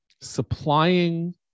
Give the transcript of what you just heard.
supplying